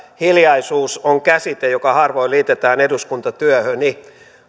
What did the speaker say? hiljaisuus on käsite joka harvoin liitetään eduskuntatyöhöni